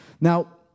Now